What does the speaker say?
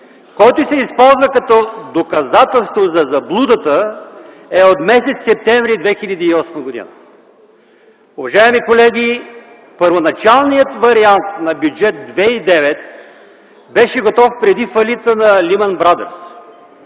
който се използва като доказателство за заблудата, е от м. септември 2008 г. Уважаеми колеги, първоначалният вариант на Бюджет 2009 беше готов преди фалита на „Леман брадърс”.